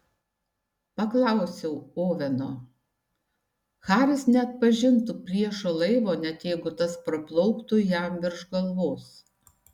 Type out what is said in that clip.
paklausiau oveno haris neatpažintų priešo laivo net jeigu tas praplauktų jam virš galvos